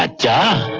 ah john.